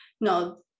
No